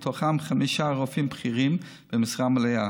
מתוכם חמישה רופאים בכירים במשרה מלאה.